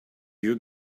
you